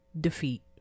defeat